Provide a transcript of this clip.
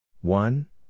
one